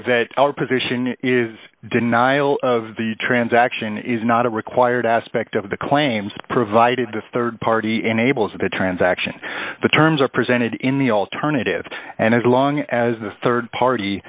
that our position is denial of the transaction is not a required aspect of the claims provided the rd party enables the transaction the terms are presented in the alternative and as long as the rd party